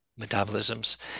metabolisms